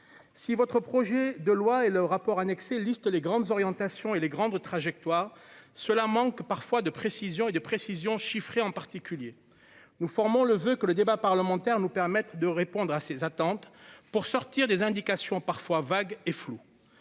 si votre projet de loi et le rapport annexé liste les grandes orientations et les grandes trajectoires cela manque parfois de précision et de précisions chiffrées, en particulier, nous formons le voeu que le débat parlementaire nous permettent de répondre à ces attentes pour sortir des indications parfois vague et floues,